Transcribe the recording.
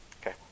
Okay